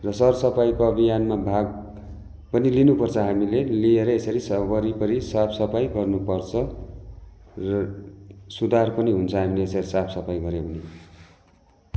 र सरसफाइको अभियानमा भाग पनि लिनु पर्छ हामीले लिएर यसरी वरिपरि साफसफाइ गर्नुपर्छ र सुधार पनि हुन्छ हामीले यसरी साफसफाइ गर्यो भने